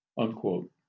unquote